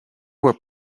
were